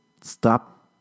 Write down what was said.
Stop